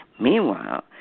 Meanwhile